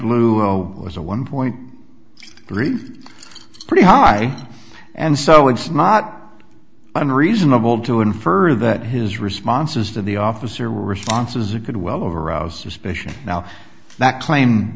was a one point three pretty high and so it's not i'm reasonable to infer that his responses to the officer responses it could well over a suspicion now that claim